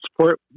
support